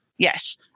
Yes